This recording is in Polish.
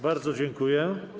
Bardzo dziękuję.